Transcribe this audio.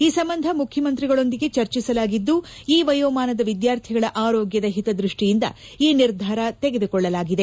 ಈ ಸಂಬಂಧ ಮುಖ್ಯಮಂತ್ರಿಗಳೊಂದಿಗೆ ಚರ್ಚಿಸಲಾಗಿದ್ದು ಈ ವಯೋಮಾನದ ವಿದ್ಯಾರ್ಥಿಗಳ ಆರೋಗ್ಯದ ಹಿತದ್ವಷ್ಷಿಯಿಂದ ಈ ನಿರ್ಧಾರ ತೆಗೆದುಕೊಳ್ಳಲಾಗಿದೆ